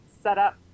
setup